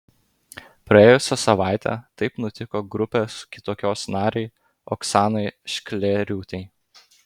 praėjusią savaitę taip nutiko grupės kitokios narei oksanai šklėriūtei